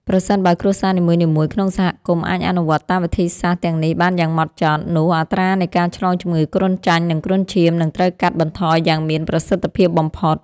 ប្រសិនបើគ្រួសារនីមួយៗក្នុងសហគមន៍អាចអនុវត្តតាមវិធីសាស្ត្រទាំងនេះបានយ៉ាងម៉ត់ចត់ នោះអត្រានៃការឆ្លងជំងឺគ្រុនចាញ់ និងគ្រុនឈាមនឹងត្រូវកាត់បន្ថយយ៉ាងមានប្រសិទ្ធភាពបំផុត។